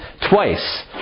twice